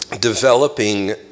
developing